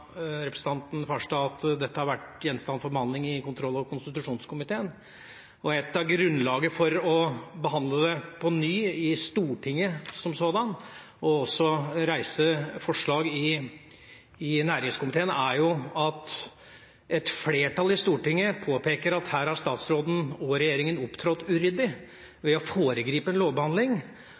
representanten Farstad at dette har vært gjenstand for behandling i kontroll- og konstitusjonskomiteen. Noe av grunnlaget for å behandle det på ny i Stortinget som sådan, og også reise forslag i næringskomiteen, er jo at et flertall i Stortinget påpeker at her har statsråden og regjeringa opptrådt uryddig ved å foregripe en lovbehandling,